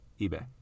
eBay